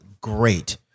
great